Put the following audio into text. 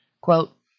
Quote